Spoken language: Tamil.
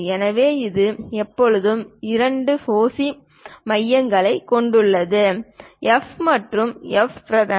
எனவே இது எப்போதும் இரண்டு ஃபோசி மையங்களைக் கொண்டுள்ளது எஃப் மற்றும் எஃப் பிரதம